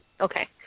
Okay